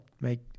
make